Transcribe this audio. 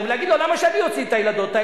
המדינה אם אתה